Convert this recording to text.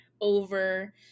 over